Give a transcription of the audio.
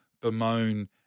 bemoan